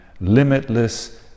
limitless